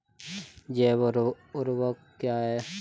जैव ऊर्वक क्या है?